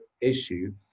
issue